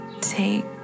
take